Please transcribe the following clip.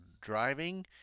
driving